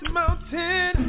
mountain